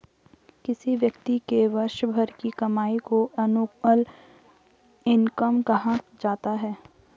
किसी व्यक्ति के वर्ष भर की कमाई को एनुअल इनकम कहा जाता है